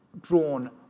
drawn